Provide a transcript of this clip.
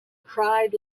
cried